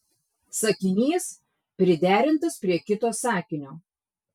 sakinys priderintas prie kito sakinio